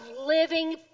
living